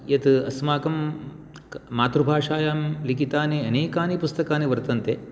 यत् अस्माकं मातृभाषायां लिकितानि अनेकानि पुस्तकानि वर्तन्ते